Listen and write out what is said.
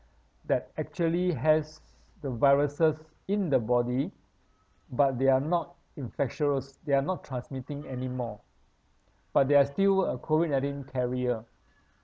that actually has the viruses in the body but they are not infectious they are not transmitting anymore but they are still a COVID nineteen carrier